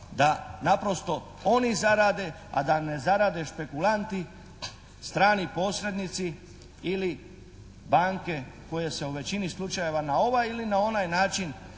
da naprosto oni zarade a da ne zarade špekulanti, strani posrednici ili banke koje se u većini slučajeva na ovaj ili na onaj način